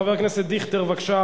חבר הכנסת אבי דיכטר, בבקשה.